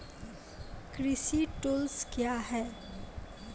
कृषि टुल्स क्या हैं?